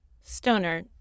Stoner